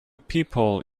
people